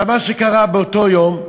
עכשיו, מה שקרה באותו יום,